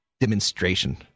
demonstration